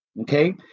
Okay